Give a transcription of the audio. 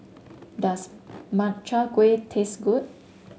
does Makchang Gui taste good